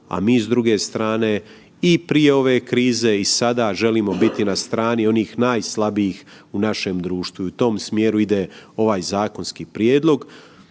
a mi s druge strane i prije ove krize i sada želimo biti na strani onih najslabijih u našem društvu i u tom smjeru ide ovaj zakonski prijedlog.